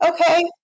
okay